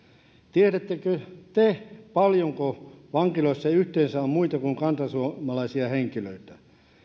tiedättekö te paljonko vankiloissa yhteensä on muita kuin kantasuomalaisia henkilöitä